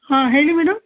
ಹಾಂ ಹೇಳಿ ಮೇಡಮ್